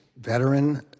veteran